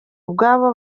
ubwabo